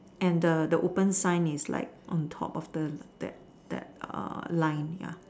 and the the open sign is like on top of the that that err line ya